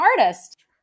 artist